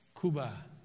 Cuba